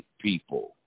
people